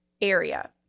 area